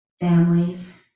families